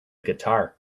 guitar